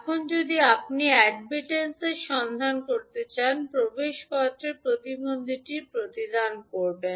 এখন আপনি যদি অ্যাডমিনট্যান্সটি সন্ধান করতে চান প্রবেশপত্রে প্রতিবন্ধীটির প্রতিদান হবে